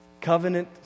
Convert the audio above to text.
Covenant